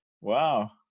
Wow